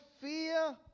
fear